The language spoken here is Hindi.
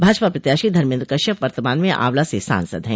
भाजपा प्रत्याशी धर्मेन्द्र कश्यप वर्तमान में आंवला से सांसद है